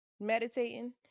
meditating